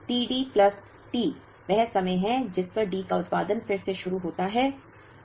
तो t D plus T वह समय है जिस पर D का उत्पादन फिर से शुरू होता है